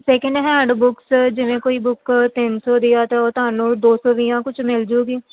second hand books ਜਿਵੇਂ ਕੋਈ book ਤਿੰਨ ਸੌ ਦੀ ਆ ਤਾਂ ਉਹ ਤੁਹਾਨੂੰ ਦੋ ਸੌ ਦੀਆਂ ਕੁਝ ਮਿਲ ਜਾਵੇਗੀ